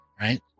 right